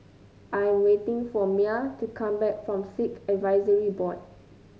I am waiting for Myah to come back from Sikh Advisory Board